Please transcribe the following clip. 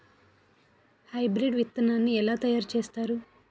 Hybrid విత్తనాన్ని ఏలా తయారు చేస్తారు?